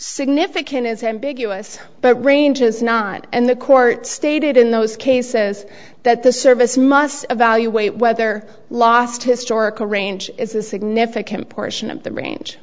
significant is ambiguous but range is not and the court stated in those cases that the service must evaluate whether last historical range is a significant portion of the range